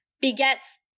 begets